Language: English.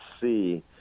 see